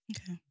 Okay